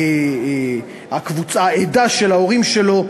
בגלל העדה של ההורים שלו,